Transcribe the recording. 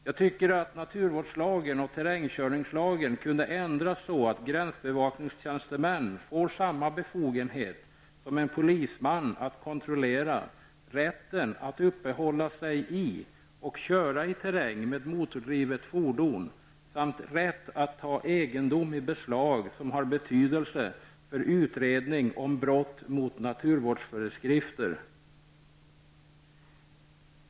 Jag tycker att naturvårdslagen och terrängkörningslagen kunde ändras så, att en gränsbevakningsstjänsteman får samma befogenhet som en polisman att kontrollera rätten att uppehålla sig i och köra i terräng med motordrivet fordon samt rätt att ta egendom i beslag som har betydelse för utredning om brott mot naturvårdsföreskrifter.